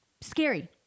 scary